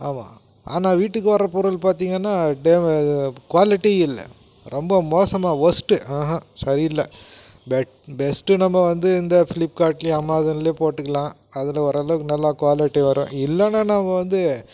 ஆமாம் ஆனால் வீட்டுக்கு வர பொருள் பார்த்திங்கன்னா டேமே குவாலிட்டி இல்லை ரொம்ப மோசமாக ஒஸ்ட்டு சரி இல்லை பெஸ்ட்டு நம்ம வந்து இந்த ஃப்ளிப்கார்ட்டில் அமேசானில் போட்டுக்கலாம் அதில் ஓரளவுக்கு நல்லா குவாலிட்டி வரும் இல்லைனா நம்ம வந்து